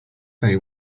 they